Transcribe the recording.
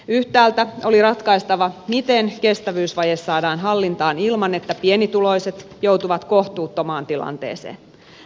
yhtäältä oli ratkaistava miten kestävyysvaje saadaan hallintaan ilman että pienituloiset joutuvat kohtuuttomaan tilanteeseen